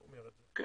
אני